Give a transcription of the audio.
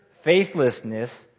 faithlessness